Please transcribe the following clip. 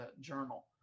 journal